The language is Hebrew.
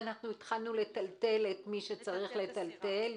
והתחלנו לטלטל את מי שצריך לטלטל אותו,